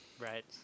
right